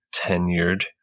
tenured